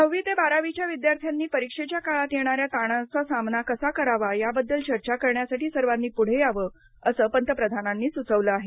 नववी ते बारावीच्या विद्यार्थ्यांनी परीक्षेच्या काळात येणाऱ्या ताणाचा सामना कसा करावा या बद्दल चर्चा करण्यासाठी सर्वांनी पुढे यावं असं पंतप्रधानांनी सुचवलं आहे